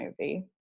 movie